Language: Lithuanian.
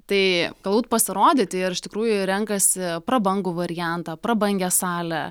tai galbūt pasirodyti ir iš tikrųjų renkasi prabangų variantą prabangią salę